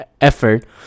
effort